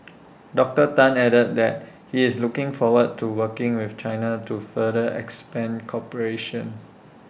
Doctor Tan added that he is looking forward to working with China to further expand cooperation